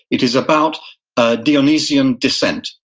it is about ah dionysian descent,